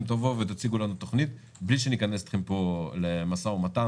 תבואו ותציגו לנו תוכנית בלי שניכנס אתכם למשא ומתן